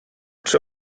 czy